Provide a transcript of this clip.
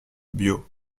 biot